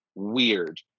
Weird